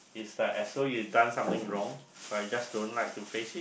it's like as though you done something wrong but you just don't like to face it